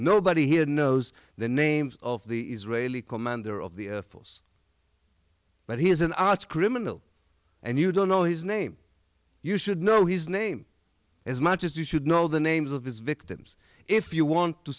nobody here knows the names of the israeli commander of the falls but he is an arch criminal and you don't know his name you should know his name as much as you should know the names of his victims if you want to